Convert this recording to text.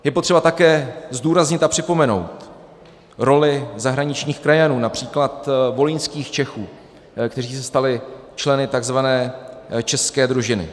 Je potřeba také zdůraznit a připomenout roli zahraničních krajanů, například volyňských Čechů, kteří se stali členy takzvané České družiny.